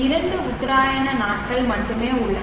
இரண்டு உத்தராயண நாட்கள் மட்டுமே உள்ளன